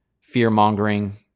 fear-mongering